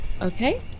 Okay